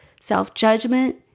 self-judgment